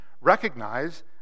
recognize